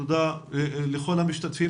תודה לכל המשתתפים.